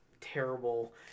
Terrible